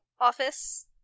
office